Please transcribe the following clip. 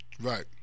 Right